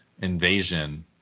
invasion